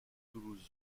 toulouse